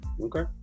Okay